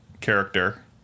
character